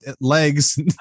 legs